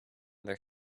their